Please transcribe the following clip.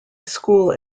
school